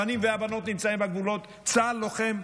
הבנים והבנות נמצאים בגבולות, צה"ל לוחם.